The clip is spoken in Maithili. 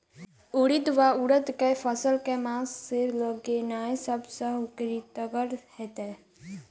उड़ीद वा उड़द केँ फसल केँ मास मे लगेनाय सब सऽ उकीतगर हेतै?